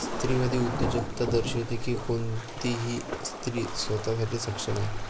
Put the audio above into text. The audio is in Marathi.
स्त्रीवादी उद्योजकता दर्शविते की कोणतीही स्त्री स्वतः साठी सक्षम आहे